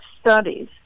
studies